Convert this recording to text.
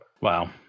Wow